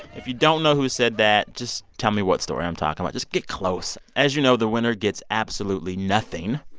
if you don't know who said that, just tell me what story i'm talking about. just get close. as you know, the winner gets absolutely nothing.